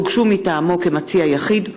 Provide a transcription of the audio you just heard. שהוגשו מטעמו כמציע יחיד,